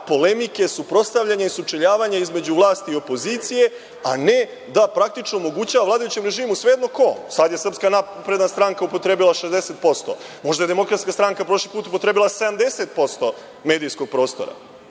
polemike, suprotstavljanja i sučeljavanja između vlasti i opozicije, a ne da praktično omogućava vladajućem režimu, sve jedno ko, sada je SNS upotrebila 60%, možda je DS prošli put upotrebila 70% medijskog prostora.